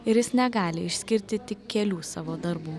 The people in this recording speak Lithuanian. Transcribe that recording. ir jis negali išskirti tik kelių savo darbų